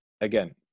again